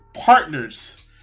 partners